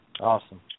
Awesome